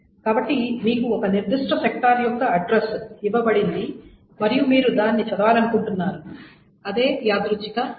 కాబట్టి మీకు ఒక నిర్దిష్ట సెక్టార్ యొక్క అడ్రస్ ఇవ్వబడింది మరియు మీరు దానిని చదవాలనుకుంటున్నారు అదే యాదృచ్ఛిక IO